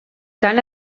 tant